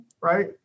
right